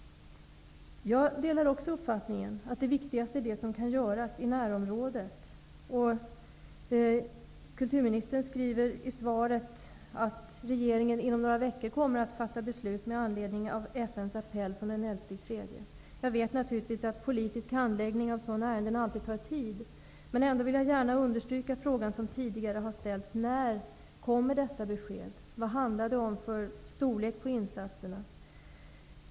Jag delar också uppfattningen att det viktigaste är det som kan göras i närområdet. Kulturministern sade i svaret att regeringen inom några veckor kommer att fatta beslut med anledning av FN:s appell från den 11 mars. Jag vet naturligvis att politisk handläggning av sådana ärenden alltid tar tid. Men ändå vill jag gärna understryka den fråga som tidigare har ställts: När kommer detta besked? Vad är det fråga om för storlek på insatserna?